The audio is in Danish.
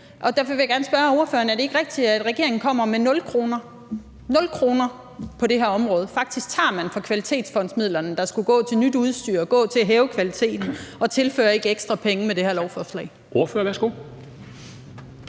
Derfor vil jeg gerne spørge ordføreren: Er det ikke rigtigt, at regeringen kommer med 0 kr. – 0 kr. – på det her område? Faktisk tager man fra kvalitetsfondsmidlerne, der skulle gå til nyt udstyr og gå til at hæve kvaliteten, og tilfører ikke ekstra penge med det her lovforslag.